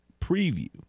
preview